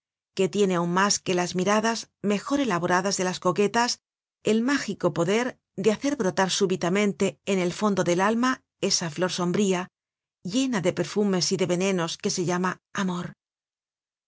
que tiene aun mas que las miradas mejor elaboradas de las coquetas el mágico poder de hacer brotar súbitamente en el fondo del alma esa flor sombría llena de perfumes y de venenos que se llama amor